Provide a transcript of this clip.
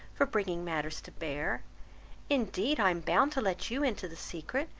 for bringing matters to bear indeed i am bound to let you into the secret,